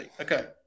Okay